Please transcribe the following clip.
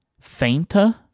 fainter